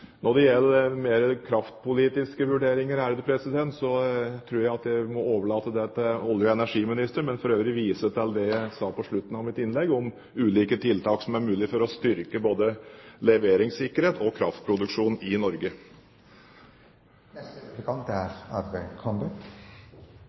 Når det gjelder mer kraftpolitiske vurderinger, tror jeg at jeg må overlate det til olje- og energiministeren. Men jeg vil for øvrig vise til det jeg sa på slutten av mitt innlegg om ulike tiltak som er mulig for å styrke både leveringssikkerheten og kraftproduksjonen i Norge.